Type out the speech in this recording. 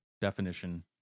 definition